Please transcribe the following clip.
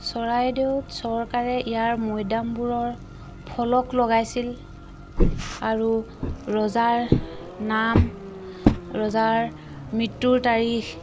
চৰাইদেউত চৰকাৰে ইয়াৰ মৈদ্যামবোৰৰ ফলক লগাইছিল আৰু ৰজাৰ নাম ৰজাৰ মৃত্যুৰ তাৰিখ